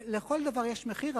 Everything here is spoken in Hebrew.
לכל דבר יש מחיר,